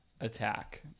attack